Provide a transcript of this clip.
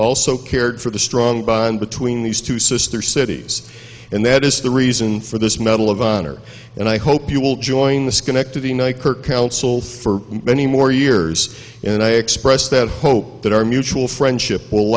also cared for the strong bond between these two sister cities and that is the reason for this medal of honor and i hope you will join the schenectady ny kirk council for many more years and i expressed the hope that our mutual friendship will